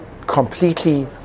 completely